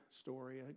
story